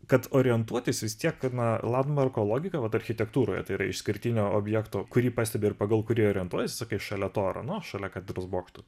kad orientuotis vis tiek na ladmarko logika vat architektūroje tai yra išskirtinio objekto kurį pastebi ir pagal kurį orientuojiesi sakai šalia to ar ano šalia katedros bokšto